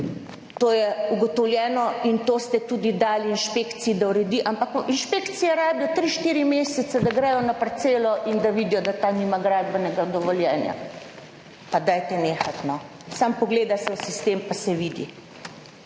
To je ugotovljeno in to ste tudi dali inšpekciji, da uredi, ampak inšpekcija rabijo 3, 4 mesece, da grejo na parcelo in da vidijo, da ta nima gradbenega dovoljenja. Pa dajte nehati no, samo pogleda se v sistem, pa se vidi.